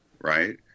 right